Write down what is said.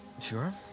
Sure